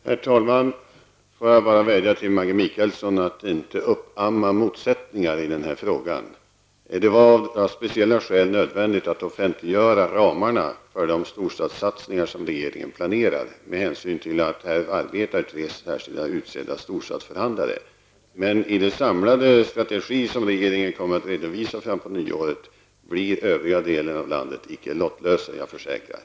Herr talman! Låt mig vädja till Maggi Mikaelsson att inte uppamma motsättningar i den här frågan. Det var av speciella skäl nödvändigt att offentliggöra ramarna för de storstadssatsningar som regeringen planerar, med hänsyn till att här arbetar tre särskilt utsedda storstadsförhandlare, men i den samlade strategi som regeringen kommer att redovisa fram på nyåret blir övriga delar av landet inte lottlösa -- jag försäkrar.